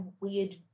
weird